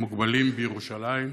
מוגבלים בירושלים,